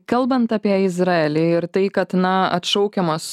kalbant apie izraelį ir tai kad na atšaukiamos